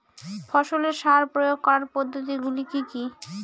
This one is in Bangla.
ফসলে সার প্রয়োগ করার পদ্ধতি গুলি কি কী?